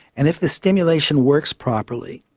and if the stimulation works properly,